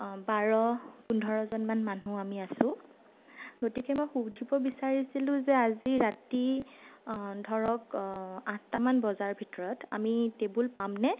বাৰ পোন্ধৰজনমান মানুহ আমি আছো গতিকে মই সুধিব বিচাৰিছিলোঁ যে আজি ৰাতি ধৰক আঠটামান বজাৰ ভিতৰত আমি টেবুল পামনে